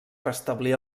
restablir